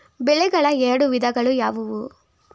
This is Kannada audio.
ಬೆಳೆಗಳ ಎರಡು ವಿಧಗಳು ಯಾವುವು?